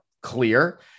clear